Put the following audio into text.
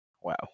Wow